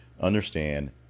understand